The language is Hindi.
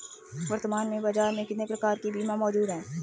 वर्तमान में बाज़ार में कितने प्रकार के बीमा मौजूद हैं?